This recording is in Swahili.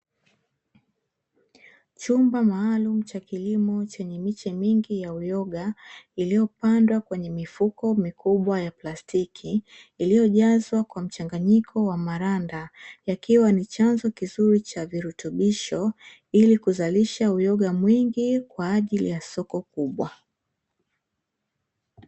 Chumba maalumu cha kilimo chenye miche mingi ya uyoga, iliopandwa kwenye mifuko mikubwa ya plastiki, iliyojazwa kwa mchanganyiko wa maranda, yakiwa ni chanzo kizuri cha virutubisho, ili kuzalisha uyoga mwingi, kwaajili ya soko kubwa.